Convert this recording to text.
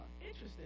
Interesting